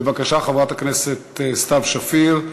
בבקשה, חברת הכנסת סתיו שפיר.